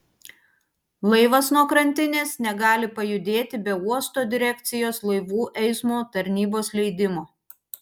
laivas nuo krantinės negali pajudėti be uosto direkcijos laivų eismo tarnybos leidimo